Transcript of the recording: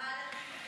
זה לא רק זה,